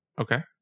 Okay